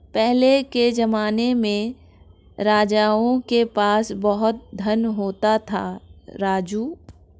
पहले के जमाने में राजाओं के पास बहुत धन होता था, राजू